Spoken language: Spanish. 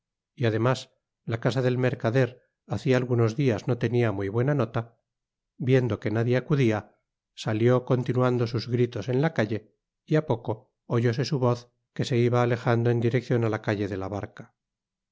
y además la casa del mercader hacia algunos dias no tenia muy buena nota viendo que nadie acudia salió continuando sus gritos en la calle y á poco oyóse su voz que se iba alejando en direccion á la calle de la barca